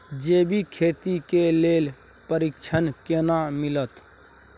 जैविक खेती के लेल प्रशिक्षण केना मिलत?